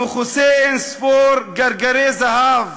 המכוסה אין-ספור גרגרי זהב,